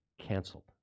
Canceled